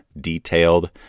detailed